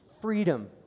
freedom